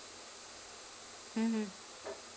mmhmm